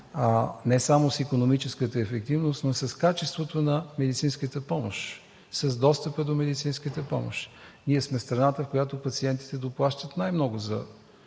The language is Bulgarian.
не само с икономическата ефективност, но и с качеството и достъпа на медицинската помощ. Ние сме страната, в която пациентите доплащат най-много за